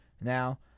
now